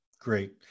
Great